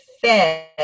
fed